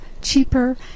cheaper